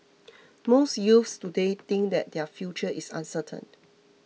most youths today think that their future is uncertain